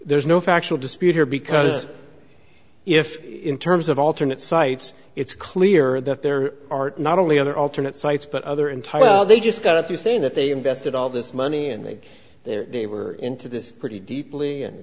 there's no factual dispute here because if in terms of alternate sites it's clear that there are not only other alternate sites but other entire well they just got through saying that they invested all this money and they were into this pretty deeply and